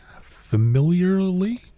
familiarly